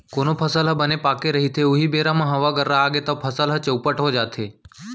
कोनो फसल ह बने पाके रहिथे उहीं बेरा म हवा गर्रा आगे तव फसल ह चउपट हो जाथे